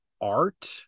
art